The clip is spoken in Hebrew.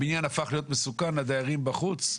הבניין הפך להיות מסוכן, הדיירים בחוץ,